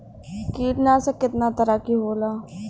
कीटनाशक केतना तरह के होला?